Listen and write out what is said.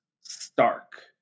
stark